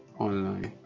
online